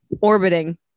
Orbiting